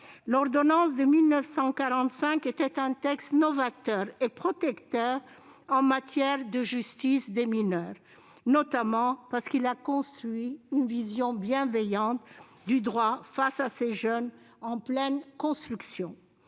L'ordonnance de 1945 était un texte novateur et protecteur en matière de justice des mineurs, notamment parce qu'il était fondé sur une vision bienveillante du droit face à des jeunes en pleine construction.